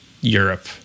Europe